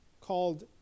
called